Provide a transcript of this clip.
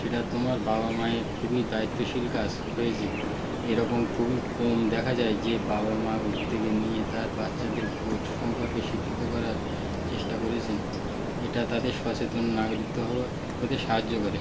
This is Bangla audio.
সেটা তোমার বাবা মায়ের খুবই দায়িত্বশীল কাজ হয়েছে এরকম খুবই কম দেখা যায় যে বাবা মা উদ্যেগ নিয়ে তার বাচ্চাদের ভোট সম্পর্কে শিক্ষিত করার চেষ্টা করেছেন এটা তাদের সচেতন নাগরিক তো হতে সাহায্য করে